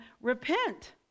Repent